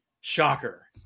Shocker